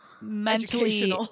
mentally